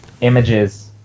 images